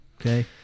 Okay